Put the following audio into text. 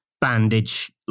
bandage